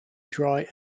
dry